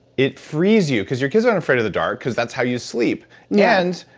it frees you. because your kids aren't afraid of the dark, because that's how you sleep yeah and,